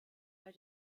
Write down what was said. bei